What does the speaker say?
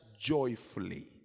joyfully